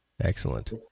Excellent